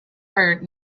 heard